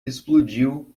explodiu